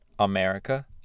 America